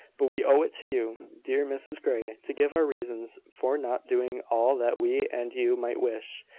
but we owe it to you, dear mrs grey, to give our reasons for not doing all that we and you might wish.